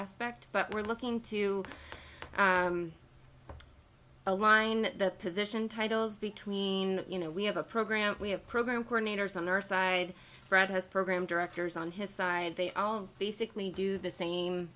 aspect but we're looking to align the position titles between you know we have a program we have program coordinator some nurse i read has program directors on his side they all basically do the same